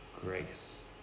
grace